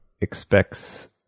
expects